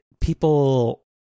people